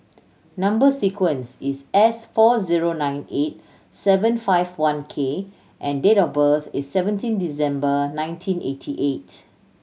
number sequence is S four zero nine eight seven five one K and date of birth is seventeen December nineteen eighty eight